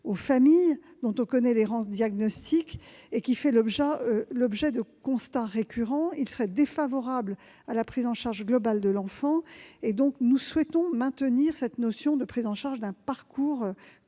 aux familles, dont l'errance en matière de diagnostic fait l'objet de constats récurrents. Elle serait défavorable à la prise en charge globale de l'enfant, pour lequel nous souhaitons maintenir cette notion de prise en charge d'un parcours